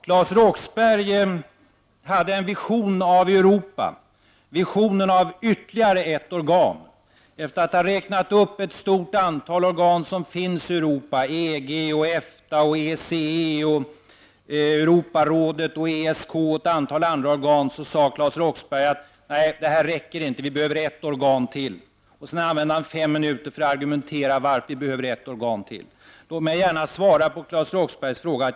Claes Roxbergh hade en vision av Europa, visionen av ytterligare ett organ. Efter att ha räknat upp ett stort antal organ som finns i Europa — EG, EFTA, ECE, Europarådet, ESK och ett antal andra organ — sade Claes Roxbergh: Nej det här räcker inte, vi behöver ett organ till. Och sedan använde han fem minuter för att argumentera för att vi behöver ett organ till. Låt mig gärna svara på Claes Roxberghs fråga.